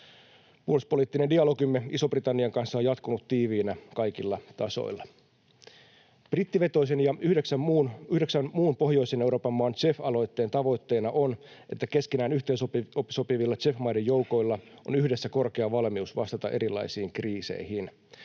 Puoluepoliittinen dialogimme Ison-Britannian kanssa on jatkunut tiiviinä kaikilla tasoilla. Brittivetoisen ja yhdeksän muun pohjoisen Euroopan maan JEF-aloitteen tavoitteena on, että keskenään yhteensopivilla JEF-maiden joukoilla on yhdessä korkea valmius vastata erilaisiin kriiseihin.